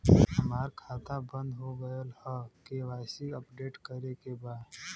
हमार खाता बंद हो गईल ह के.वाइ.सी अपडेट करे के बा?